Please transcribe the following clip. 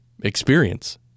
experience